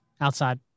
Outside